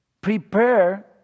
prepare